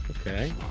Okay